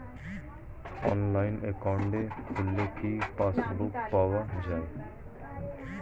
অনলাইনে একাউন্ট খুললে কি পাসবুক পাওয়া যায়?